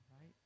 right